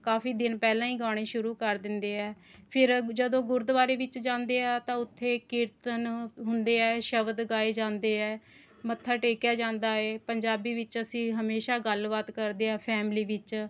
ਕਾਫ਼ੀ ਦਿਨ ਪਹਿਲਾਂ ਹੀ ਗਾਉਣੇ ਸ਼ੁਰੂ ਕਰ ਦਿੰਦੇ ਹੈ ਫਿਰ ਜਦੋਂ ਗੁਰਦੁਆਰੇ ਵਿੱਚ ਜਾਂਦੇ ਹੈ ਤਾਂ ਉੱਥੇ ਕੀਰਤਨ ਹੁੰਦੇ ਹੈ ਸ਼ਬਦ ਗਾਏ ਜਾਂਦੇ ਹੈ ਮੱਥਾ ਟੇਕਿਆ ਜਾਂਦਾ ਹੈ ਪੰਜਾਬੀ ਵਿੱਚ ਅਸੀਂ ਹਮੇਸ਼ਾ ਗੱਲਬਾਤ ਕਰਦੇ ਆ ਫੈਮਲੀ ਵਿੱਚ